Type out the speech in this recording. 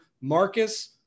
Marcus